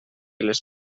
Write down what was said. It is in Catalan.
les